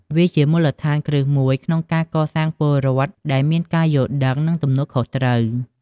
វាជាមូលដ្ឋានគ្រឹះមួយក្នុងការកសាងពលរដ្ឋដែលមានការយល់ដឹង និងទំនួលខុសត្រូវ។